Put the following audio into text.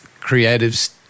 creatives